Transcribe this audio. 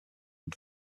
und